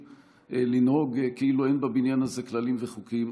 לנהוג כאילו אין בבניין הזה כללים וחוקים.